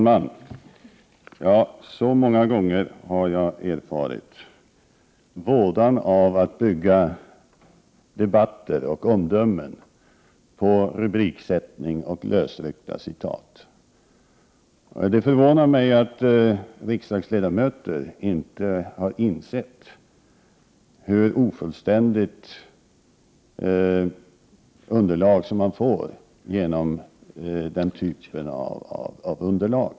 Herr talman! Många gånger har jag erfarit vådan av att bygga debatter och omdömen på rubriker och lösryckta citat. Det förvånar mig att riksdagsledamöter inte inser vilket ofullständigt underlag man får på det sättet.